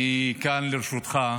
אני כאן לרשותך.